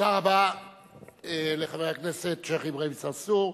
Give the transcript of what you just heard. תודה רבה לחבר הכנסת שיח' אברהים צרצור.